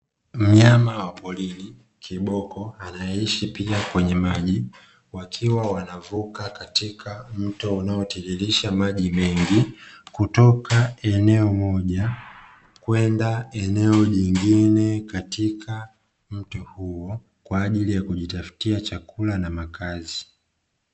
Mnyama wa porini kiboko anayeishi pia kwenye maji, akiwa anavuka katika mto unaotiririsha maji mengi kutoka eneo moja kwenda eneo jingine, katika mto huo kwa ajili ya kujitafutia chakula na makazi.